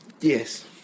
Yes